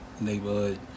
neighborhood